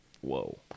whoa